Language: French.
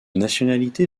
nationalité